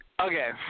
Okay